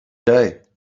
today